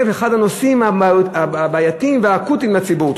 ואחד מהנושאים הבעייתיים והאקוטיים לציבור.